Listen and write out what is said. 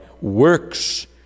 works